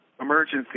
emergency